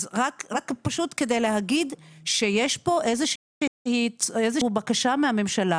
רק פשוט כדי להגיד שיש פה איזה שהיא בקשה מהממשלה